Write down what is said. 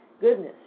goodness